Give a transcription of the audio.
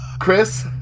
Chris